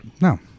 no